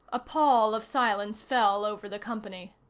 a pall of silence fell over the company.